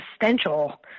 existential